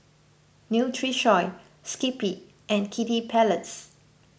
Nutrisoy Skippy and Kiddy Palace